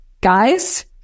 guys